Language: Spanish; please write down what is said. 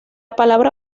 palabra